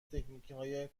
تکنیکهای